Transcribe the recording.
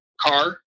car